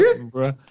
bro